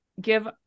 give